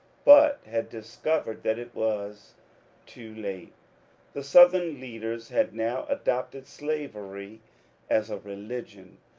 but had discovered that it was too late the southern leaders had now adopted slavery as a religion,